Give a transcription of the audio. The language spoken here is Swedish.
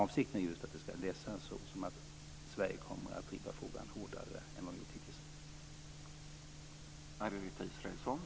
Avsikten är alltså att meningen ska läsas som att Sverige kommer att driva frågan hårdare än vad vi har gjort hittills.